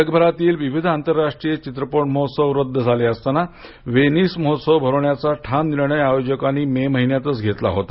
जगभरातील विविध आंतरराष्ट्रीय चित्रपट महोत्सव रद्दे झाले असताना वेनिस महोत्सव भरवण्याचा ठाम निर्णय आयोजकांनी मे महिन्यातच घेतला होता